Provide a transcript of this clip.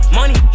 money